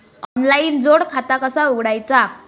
Online जोड खाता कसा उघडायचा?